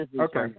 Okay